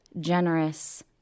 generous